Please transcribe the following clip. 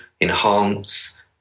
enhance